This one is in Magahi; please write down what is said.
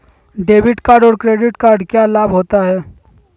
डेबिट कार्ड और क्रेडिट कार्ड क्या लाभ होता है?